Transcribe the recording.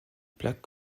plaque